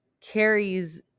carries